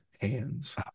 hands